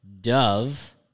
Dove